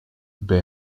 bij